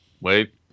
Wait